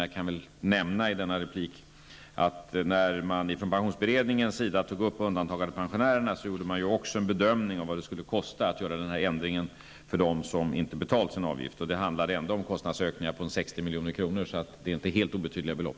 Jag kan ändå nämna att pensionsberedningen när den tog upp undantagandepensionärerna gjorde en bedömning av vad det skulle kosta att göra denna ändring för dem som inte har betalt sin avgift. Det handlar om kostnadsökningar på ca 60 milj.kr. Det rör sig alltså inte om helt obetydliga belopp.